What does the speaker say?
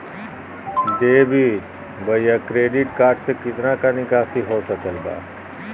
Debit बोया credit card से कितना का निकासी हो सकल बा?